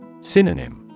Synonym